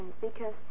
because-